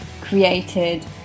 created